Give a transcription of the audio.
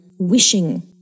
wishing